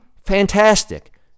fantastic